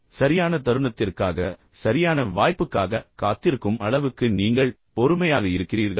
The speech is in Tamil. சரியான தருணத்திற்காக சரியான வாய்ப்புக்காக காத்திருக்கும் அளவுக்கு நீங்கள் பொறுமையாக இருக்கிறீர்களா